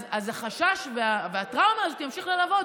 החשש והטראומה האלה ימשיכו ללוות.